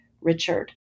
Richard